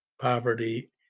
poverty